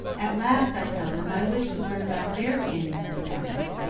at last i tell them i wish to learn about their canyons and mountains,